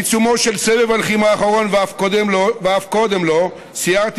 בעיצומו של סבב הלחימה האחרון ואף קודם לו סיירתי